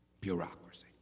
bureaucracy